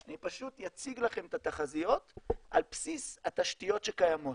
אני פשוט אציג לכם את התחזיות על בסיס התשתיות שקיימות,